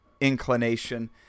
inclination